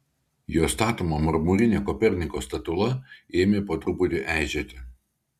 jo statoma marmurinė koperniko statula ėmė po truputį eižėti